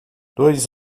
dois